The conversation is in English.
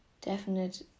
definite